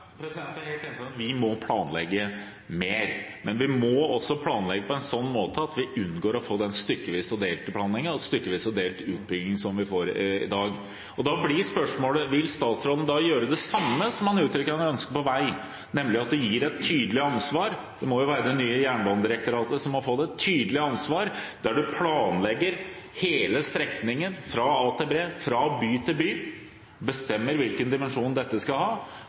er helt enig i at vi må planlegge mer, men vi må også planlegge på en sånn måte at vi unngår å få den stykkvise og delte utbyggingen som vi har i dag. Da blir spørsmålet: Vil statsråden gjøre det samme som han uttrykker ønske om når det gjelder vei, nemlig at det gis et tydelig ansvar? Det nye jernbanedirektoratet må få et tydelig ansvar der en planlegger hele strekningen fra A til B, fra by til by – bestemmer hvilken dimensjonering dette skal ha